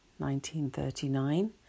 1939